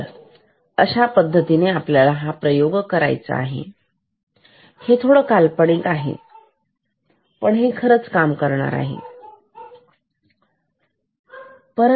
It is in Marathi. तर अशा पद्धतीने आपल्याला हा प्रयोग करायचा आहे ही काल्पनिक आहे हे खरेच काम करेल की नाही असं नक्की सांगता येत नाही